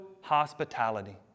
hospitality